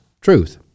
truth